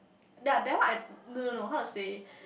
yea that one I no no no how to say